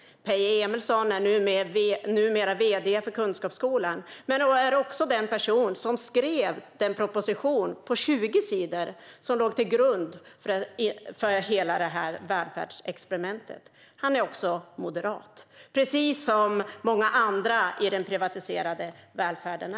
Peje Emilsson är numera vd för Kunskapsskolan, men han var den som skrev den proposition på 20 sidor som låg till grund för hela detta välfärdsexperiment. Han är också moderat, precis som många andra i den privatiserade välfärden.